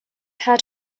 had